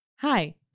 Hi